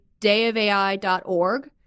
dayofai.org